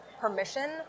permission